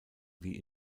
wie